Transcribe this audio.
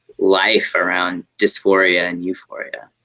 life around dysphoria and euphoria.